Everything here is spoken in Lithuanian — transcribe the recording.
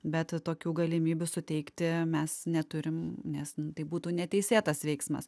bet tokių galimybių suteikti mes neturim nes tai būtų neteisėtas veiksmas